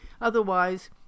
Otherwise